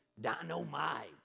dynamite